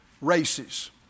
races